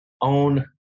own